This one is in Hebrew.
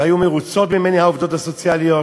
והיו מרוצות ממני, העובדות הסוציאליות.